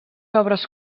obres